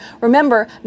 remember